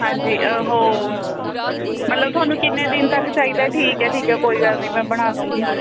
ਹਾਂਜੀ ਉਹ ਮਤਲਬ ਤੁਹਾਨੂੰ ਕਿੰਨੇ ਦਿਨ ਤੱਕ ਚਾਹੀਦਾ ਠੀਕ ਹੈ ਠੀਕ ਹੈ ਕੋਈ ਗੱਲ ਨਹੀਂ ਮੈਂ ਬਣਾ ਦਊਂਗੀ